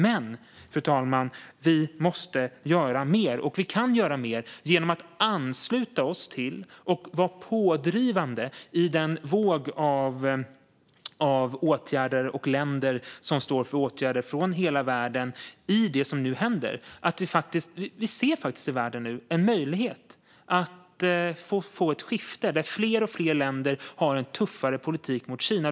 Men vi måste göra mer, och vi kan göra mer genom att ansluta oss till och vara pådrivande i den våg av länder i världen som nu har en tuffare politik mot Kina.